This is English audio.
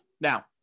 Now